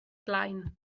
blaen